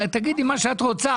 תגידי מה שאת רוצה,